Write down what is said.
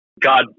God